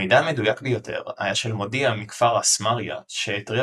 המידע המדויק ביותר היה של מודיע מכפר א-סמריה שהתריע